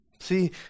See